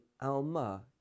Alma